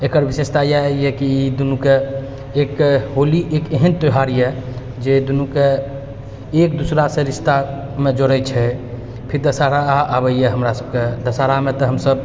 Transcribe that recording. एकर विशेषता इएह यऽ कि ई दुनू के एक होली एक एहन त्योहार यऽ जे दुनू के एक दूसरा सँ रिश्तामे जोड़ै छै फिर दशहरा आ आबै हमरा सभके दशहरामे तऽ हमसभ